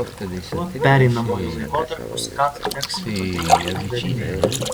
tuo pereinamuoju laikotarpiu skat teks ypatingi uždaviniai